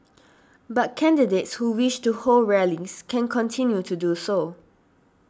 but candidates who wish to hold rallies can continue to do so